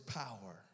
power